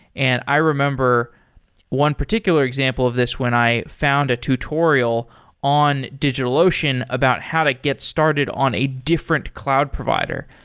and i remember one particular example of this when i found a tutorial in digitalocean about how to get started on a different cloud provider.